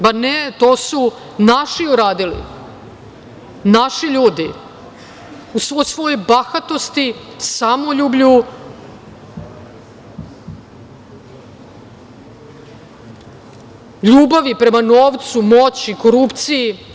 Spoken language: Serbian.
Ne, to su naši uradili, naši ljudi u svoj svojoj bahatosti, samoljublju, ljubavi prema novcu, moći, korupciji.